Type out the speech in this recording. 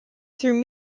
through